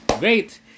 Great